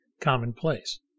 commonplace